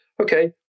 Okay